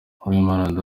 uwimana